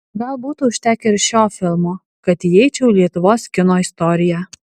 gal būtų užtekę ir šio filmo kad įeičiau į lietuvos kino istoriją